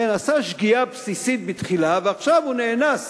כן, עשה שגיאה בסיסית בתחילה, ועכשיו הוא נאנס